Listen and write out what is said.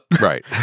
Right